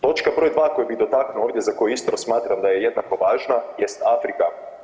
Točka broj 2 koju bi dotaknuo ovdje za koju isto smatram da je jednako važna jest Afrika.